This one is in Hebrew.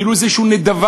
כאילו זו איזו נדבה,